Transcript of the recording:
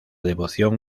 devoción